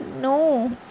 no